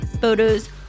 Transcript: photos